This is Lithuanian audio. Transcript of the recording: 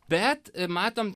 bet e matom